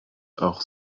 auch